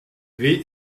wie